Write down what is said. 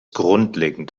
grundlegend